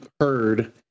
heard